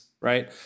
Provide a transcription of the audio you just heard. right